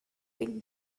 been